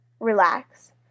Relax